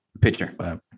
Picture